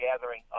gathering